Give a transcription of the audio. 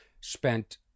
spent